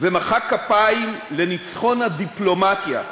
ומחא כפיים לניצחון הדיפלומטיה.